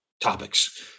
topics